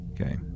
Okay